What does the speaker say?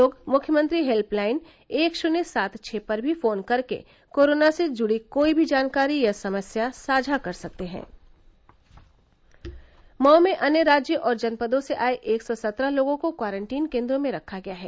लोग मुख्यमंत्री हेल्पलाइन एक शुन्य सात छ पर भी फोन कर के कोरोना से जुड़ी कोई भी जानकारी या समस्या साझा कर सकते हैं मऊ में अन्य राज्यों और जनपदों से आए एक सौ सत्रह लोगों को क्वारंटीन केंद्रों में रखा गया है